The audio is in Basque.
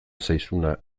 zaizuna